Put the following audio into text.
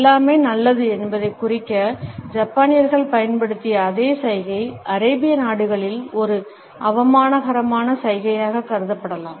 எல்லாமே நல்லது என்பதைக் குறிக்க ஜப்பானியர்கள் பயன்படுத்திய அதே சைகை அரேபிய நாடுகளில் ஒரு அவமானகரமான சைகையாகக் கருதப்படலாம்